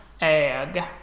egg